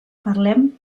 parlem